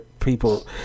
people